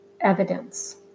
evidence